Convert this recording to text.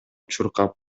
чуркап